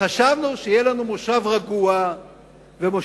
וחשבנו שיהיה לנו מושב רגוע ונעים,